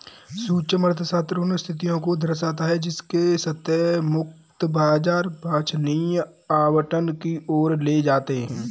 सूक्ष्म अर्थशास्त्र उन स्थितियों को दर्शाता है जिनके तहत मुक्त बाजार वांछनीय आवंटन की ओर ले जाते हैं